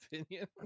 opinion